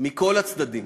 מכל הצדדים,